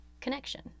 connection